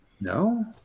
No